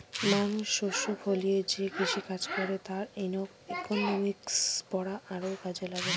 মানুষ শস্য ফলিয়ে যে কৃষিকাজ করে তার ইকনমিক্স পড়া আরও কাজে লাগে